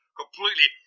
completely